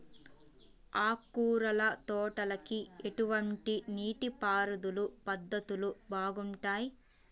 ఆకుకూరల తోటలకి ఎటువంటి నీటిపారుదల పద్ధతులు బాగుంటాయ్?